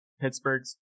Pittsburgh's